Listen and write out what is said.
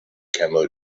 camel